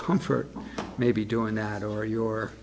comfort maybe doing that or you